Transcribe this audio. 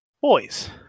boys